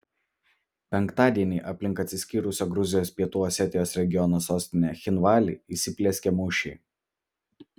penktadienį aplink atsiskyrusio gruzijos pietų osetijos regiono sostinę cchinvalį įsiplieskė mūšiai